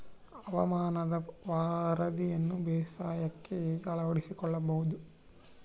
ಹವಾಮಾನದ ವರದಿಯನ್ನು ಬೇಸಾಯಕ್ಕೆ ಹೇಗೆ ಅಳವಡಿಸಿಕೊಳ್ಳಬಹುದು?